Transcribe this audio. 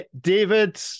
David